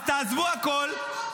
אז תעזבו הכול.